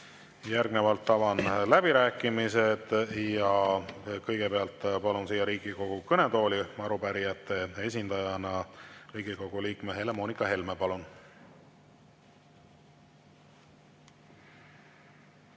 Järgnevalt avan läbirääkimised ja kõigepealt palun siia Riigikogu kõnetooli arupärijate esindajana Riigikogu liikme Helle‑Moonika Helme. Palun!